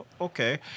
okay